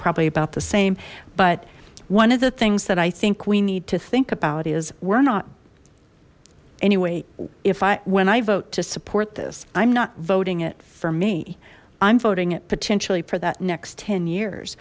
probably about the same but one of the things that i think we need to think about is we're not anyway if i when i vote to support this i'm not voting it for me i'm voting it potentially for that next ten years